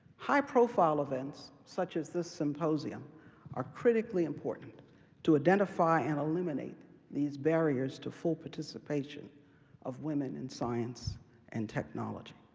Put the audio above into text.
high profile events such as this symposium are critically important to identify and eliminate these barriers to full participation of women in science and technology.